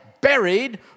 buried